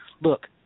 Look